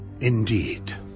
Indeed